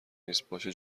نیست، باشه